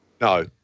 No